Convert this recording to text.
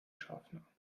schaffner